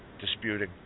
disputing